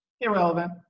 irrelevant